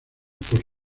por